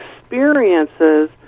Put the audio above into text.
experiences